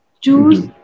Choose